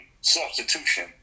substitution